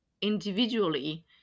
individually